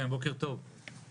כן בוקר טוב,